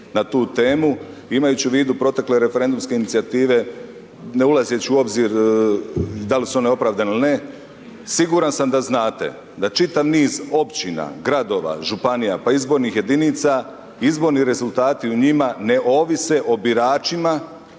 na tu temu, imajući u vidu protekle referendumske inicijative, ne ulazeći u obzir dal' su one opravdane ili ne, siguran sam da znate da čitav niz općina, gradova, županija pa i izbornih jedinica, izborni rezultati u njima ne ovise o biračima